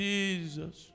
Jesus